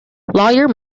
lawyer